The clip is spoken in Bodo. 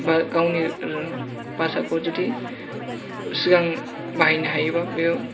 गावनि भासाखौ जुदि सिगां बाहायनो हायोबा बियो